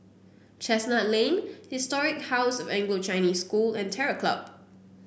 Chestnut Lane Historic House of Anglo Chinese School and Terror Club